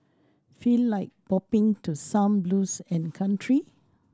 feel like bopping to some blues and country